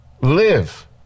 live